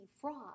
fraud